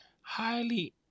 highly